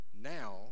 now